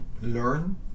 learn